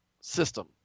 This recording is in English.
system